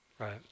Right